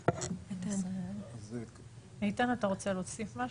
איתן אתה רוצה להוסיף משהו?